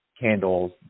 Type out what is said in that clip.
candles